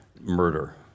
murder